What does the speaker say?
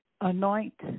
anoint